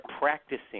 practicing